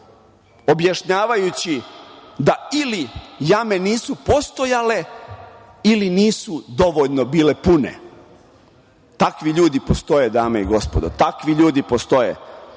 objašnjavajući da ili jame nisu postojale ili nisu dovoljno bile pune. Takvi ljudi postoje, dame i gospodo, takvi ljudi postoje.